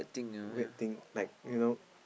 weird thing like you know